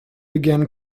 began